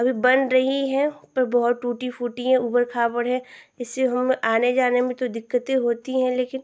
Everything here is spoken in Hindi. अभी बन रही हैं पर बहुत टूटी फूटी हैं ऊबड़ खाबड़ हैं इससे हमें आने जाने में तो दिक्कतें होती हैं लेकिन